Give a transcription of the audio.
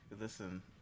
Listen